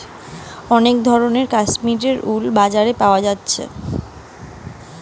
অনেক ধরণের কাশ্মীরের উল বাজারে পাওয়া যাইতেছে